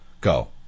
Go